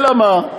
אלא מה?